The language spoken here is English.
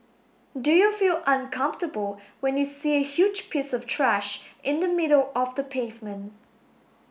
do you feel uncomfortable when you see a huge piece of trash in the middle of the pavement